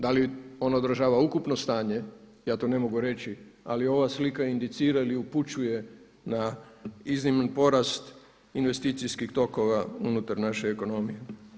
Da li ono odražava ukupno stanje, ja to ne mogu reći ali ova slika indicira ili upućuje na izniman porast investicijskih tokova unutar naše ekonomije.